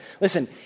Listen